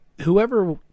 whoever